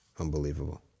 unbelievable